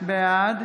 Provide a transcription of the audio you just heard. בעד